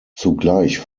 zugleich